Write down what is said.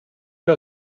que